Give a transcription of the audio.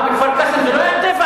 מה, בכפר-קאסם זה לא היה טבח?